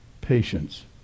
patience